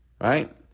Right